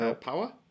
Power